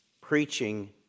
preaching